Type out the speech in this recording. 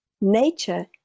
Nature